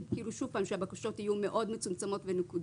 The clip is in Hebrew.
שהבקשות יהיו מאוד מצומצמות ונקודתיות.